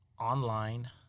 online